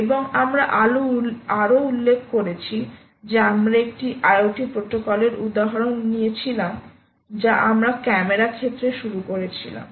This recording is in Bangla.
এবং আমরা আরও উল্লেখ করেছি যে আমরা একটি IoT প্রোটোকলের উদাহরণ নিয়েছিলাম যা আমরা ক্যামেরা ক্ষেত্রে শুরু করেছিলাম